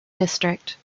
district